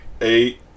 eight